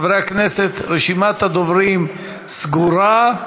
חברי הכנסת, רשימת הדוברים סגורה,